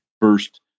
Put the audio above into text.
first